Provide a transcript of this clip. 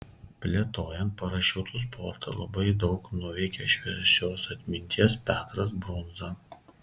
plėtojant parašiutų sportą labai daug nuveikė šviesios atminties petras brundza